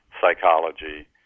psychology